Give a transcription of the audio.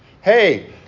Hey